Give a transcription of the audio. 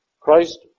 Christ